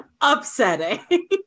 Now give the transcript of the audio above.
Upsetting